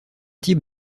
type